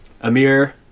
Amir